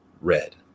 red